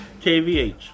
KVH